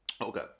Okay